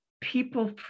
people